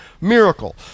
miracle